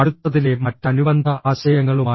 അടുത്തതിലെ മറ്റ് അനുബന്ധ ആശയങ്ങളുമായി